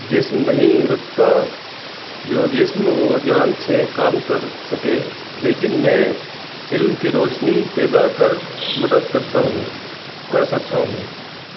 جسم نہیں رکھتا جو جسم و جان سے کام کر سکے لیکن میں علم کی روشنی پیدا کر مدد کرتا ہوں کر سکتا ہوں